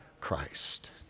Christ